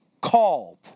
called